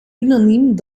unaniem